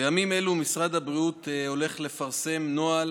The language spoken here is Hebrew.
בימים אלה משרד הבריאות הולך לפרסם נוהל